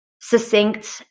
succinct